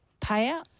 payout